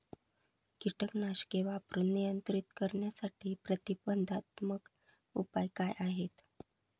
कीटकनाशके वापरून नियंत्रित करण्यासाठी प्रतिबंधात्मक उपाय काय आहेत?